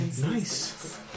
Nice